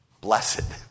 blessed